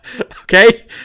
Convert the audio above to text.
Okay